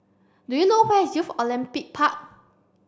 do you know where is Youth Olympic Park